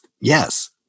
yes